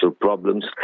problems